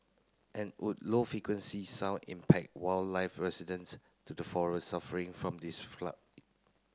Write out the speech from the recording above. and would low frequency sound impact wildlife residents to the forests suffering from these